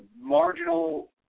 marginal